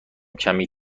کمی